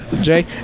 Jay